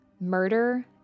murder